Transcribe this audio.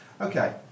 Okay